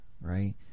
right